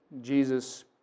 Jesus